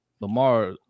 Lamar